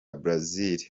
brazil